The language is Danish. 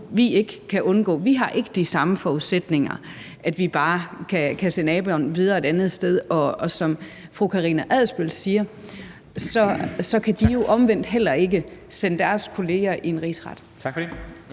Vi har ikke de samme forudsætninger, så vi bare kan sende aben videre til et andet sted. Og som fru Karina Adsbøl siger, kan de jo omvendt heller ikke sende deres kolleger i en rigsretssag.